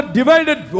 divided